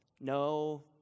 No